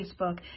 Facebook